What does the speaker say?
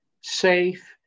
safe